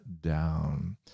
down